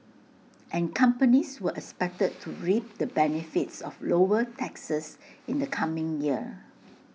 and companies were expected to reap the benefits of lower taxes in the coming year